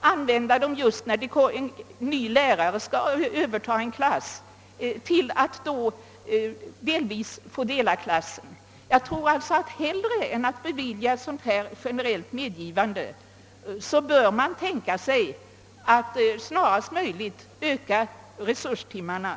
användas då en ny lärare skall överta en klass på så sätt att en delning av klassen får äga rum. Jag tror alltså att man hellre än att göra ett generellt medgivande bör inrikta sig på att snarast möjligt öka antalet resurstimmar.